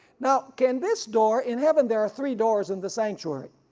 now can this door, in heaven there are three doors in the sanctuary.